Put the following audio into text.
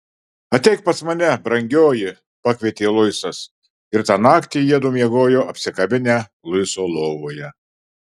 ateik pas mane brangioji pakvietė luisas ir tą naktį jiedu miegojo apsikabinę luiso lovoje